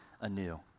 anew